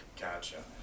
Gotcha